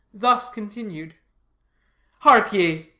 thus continued hark ye,